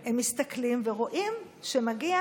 הם מסתכלים ורואים שמגיע